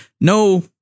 no